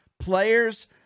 Players